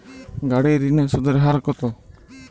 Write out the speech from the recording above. গাড়ির ঋণের সুদের হার কতো?